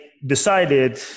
decided